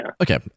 Okay